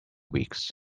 weeks